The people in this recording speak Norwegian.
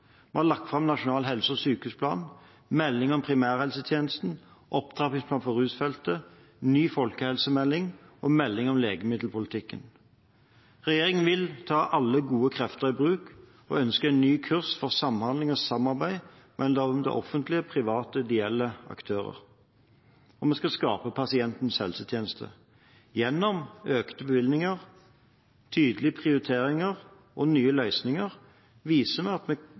Vi har lagt fram nasjonal helse- og sykehusplan, melding om primærhelsetjenesten, opptrappingsplan for rusfeltet, ny folkehelsemelding og melding om legemiddelpolitikken. Regjeringen vil ta alle gode krefter i bruk, og ønsker en ny kurs for samhandling og samarbeid mellom det offentlige og private og ideelle aktører. Vi skal skape pasientens helsetjeneste. Gjennom økte bevilgninger, tydelige prioriteringer og nye løsninger viser vi at vi